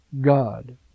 God